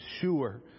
sure